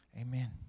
Amen